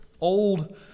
old